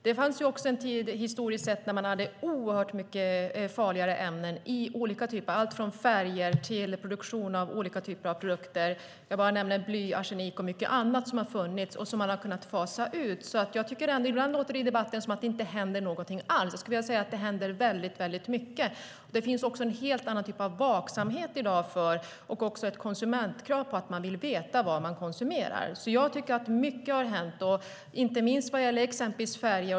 Det fanns en tid historiskt sett när man hade oerhört mycket farligare ämnen i allt från färger till produktion av olika typer av produkter. Det är bly, arsenik och mycket annat som har funnits och som man har kunnat fasa ut. Ibland låter det i debatten som om det inte händer någonting alls. Jag skulle vilja säga att det händer mycket. Det finns också en helt annan typ av vaksamhet i dag och krav från konsumenter som vill veta vad de konsumerar. Jag tycker därför att mycket har hänt, inte minst vad gäller färger.